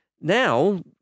Now